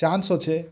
chance ଅଛେ୍